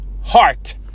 heart